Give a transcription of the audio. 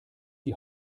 die